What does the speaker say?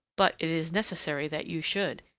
but it is necessary that you should.